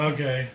Okay